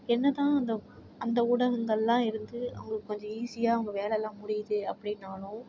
என்னதான் அந்த அந்த ஊடகங்கள்லாம் இருந்து அவங்க கொஞ்சம் ஈஸியா அவங்க வேலைல்லாம் முடியுது அப்படின்னாலும்